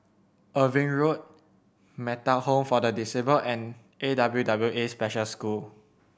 Irving Road Metta Home for the Disabled and A W W A Special School